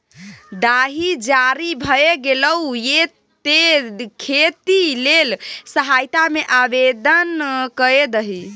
दाही जारी भए गेलौ ये तें खेती लेल सहायता मे आवदेन कए दही